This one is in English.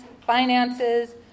finances